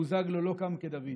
בוזגלו לא קם כדוד.